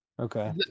Okay